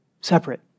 separate